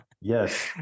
Yes